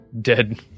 dead